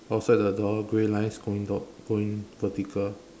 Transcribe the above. outside the door grey lines going down going vertical